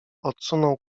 odsunął